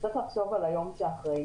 צריך לחשוב על היום שאחרי,